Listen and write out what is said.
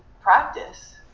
practice